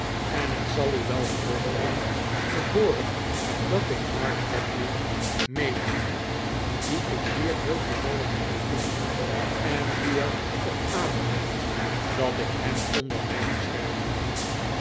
en het zal u wel verwonderen te hooren dat ik mark tapley meeneem dien ik hier heel toevallig heb ontmoet en die er op aandringt dat ik hem onder mijn bescherming neem